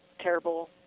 terrible